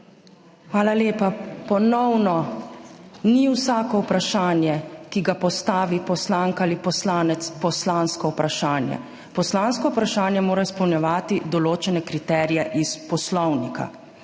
Hvala lepa. Ponovno. Ni vsako vprašanje, ki ga postavi poslanka ali poslanec, poslansko vprašanje. Poslansko vprašanje mora izpolnjevati določene kriterije iz Poslovnika.